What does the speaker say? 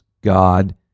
God